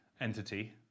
entity